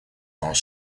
are